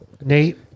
Nate